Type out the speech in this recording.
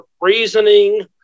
reasoning